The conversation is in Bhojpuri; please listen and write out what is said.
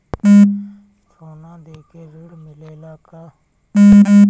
सोना देके ऋण मिलेला का?